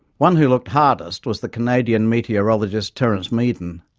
one who looked hardest was the canadian meteorologist terence meaden.